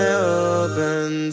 open